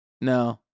No